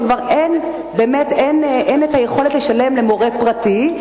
שכבר אין היכולת לשלם למורה פרטי,